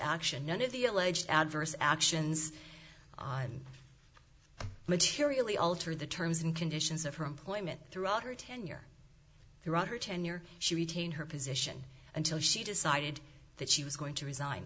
action none of the alleged adverse actions on materially alter the terms and conditions of her employment throughout her tenure throughout her tenure she retained her position until she decided that she was going to resign